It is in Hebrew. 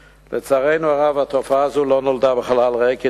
לצערנו הרב, התופעה הזאת לא נולדה בחלל ריק.